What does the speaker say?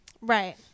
Right